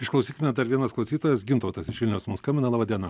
išklausykime dar vienas klausytojas gintautas iš vilniaus mum skambina laba diena